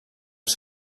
els